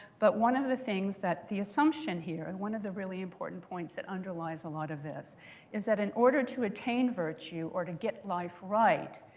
but one of the things that the assumption here and one of the really important points that underlies a lot of this is that in order to attain virtue or to get life right,